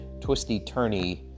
twisty-turny